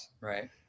right